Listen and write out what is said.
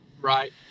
Right